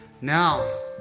Now